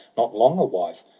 not long a wife,